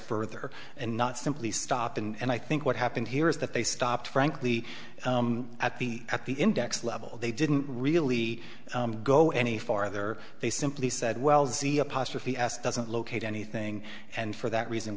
further and not simply stop and i think what happened here is that they stopped frankly at the at the index level they didn't really go any farther they simply said well z apostrophe s doesn't locate anything and for that reason